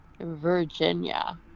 Virginia